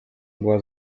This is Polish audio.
była